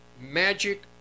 magic